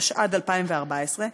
התשע"ד 2014,